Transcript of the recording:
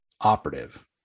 operative